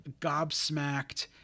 gobsmacked